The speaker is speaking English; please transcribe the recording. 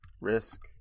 Risk